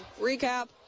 recap